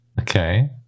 Okay